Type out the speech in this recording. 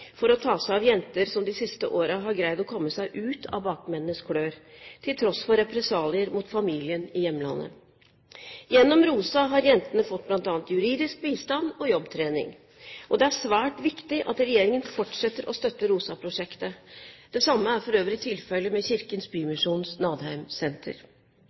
for å ta seg av jenter som de siste årene har greid å komme seg ut av bakmennenes klør, til tross for represalier mot familien i hjemlandet. Gjennom ROSA har jentene fått bl.a. juridisk bistand og jobbtrening, og det er svært viktig at regjeringen fortsetter å støtte ROSA-prosjektet. Det samme er for øvrig tilfellet med Kirkens